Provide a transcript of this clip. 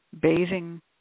bathing